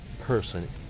person